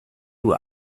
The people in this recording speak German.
uhr